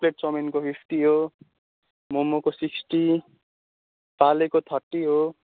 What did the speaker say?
veg चउमिनको fifty हो मोमोको सिक्सटी फालेको थर्टी हो